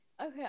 Okay